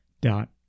dot